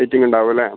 വെയിറ്റിങ്ങുണ്ടാവോല്ലേ